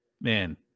man